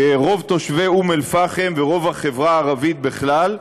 שרוב תושבי אום-אלפחם, ורוב החברה הערבית בכלל,